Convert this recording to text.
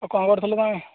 ଆଉ କ'ଣ କରୁଥିଲ ତୁମେ